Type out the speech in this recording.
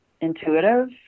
intuitive